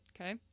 Okay